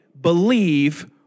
believe